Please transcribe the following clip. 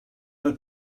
mae